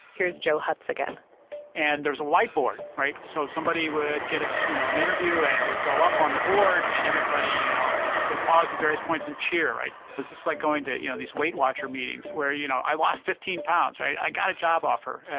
here's joe hotz again and there's a whiteboard, right? so somebody would get us you know an interview and it would go up on the board and everybody yeah would pause at various points in cheer, right? this is like going to, you know these weightwatchers meetings where you know i lost fifteen pounds, right? i got a job offer.